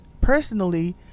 personally